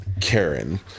Karen